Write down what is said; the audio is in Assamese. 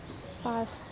পাঁচ